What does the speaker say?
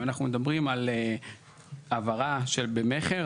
אם אנחנו מדברים על העברה במכר,